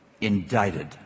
Indicted